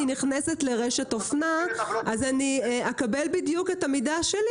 נכנסת לרשת אופנה אני אקבל בדיוק את המידה שלי